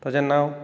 ताजें नांव